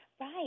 Right